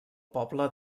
poble